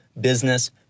business